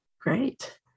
Great